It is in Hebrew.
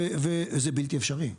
וזה בלתי אפשרי.